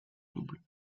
double